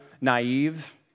naive